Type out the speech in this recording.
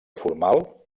formal